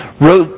wrote